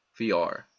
VR